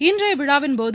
இன்றைய விழாவின்போது